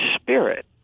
spirit